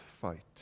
fight